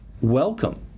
Welcome